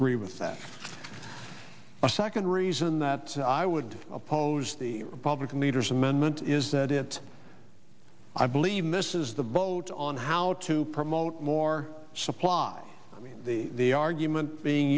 agree with that the second reason that i would oppose the republican leaders amendment is that it i believe misses the boat on how to promote more supply i mean the argument being